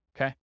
okay